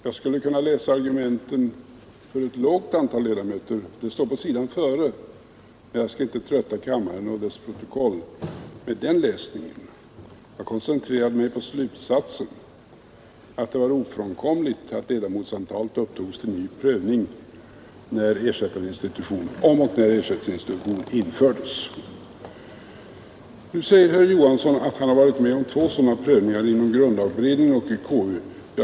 Jag skulle kunna läsa upp argumenten för ett lågt antal ledamöter — de står på sidan före — men jag skall inte betunga kammaren och dess protokoll med den läsningen; jag koncentrerade mig på slutsatsen, att det var ofrånkomligt att ledamotsantalet upptogs till ny prövning om och när en ersättarinstitution införes. Nu säger herr Johansson att han har varit med om två sådana prövningar: inom grundlagberedningen och inom konstitutionsutskottet.